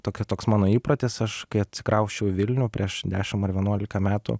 tokia toks mano įprotis aš kai atsikrausčiau į vilnių prieš dešim ar vienuolika metų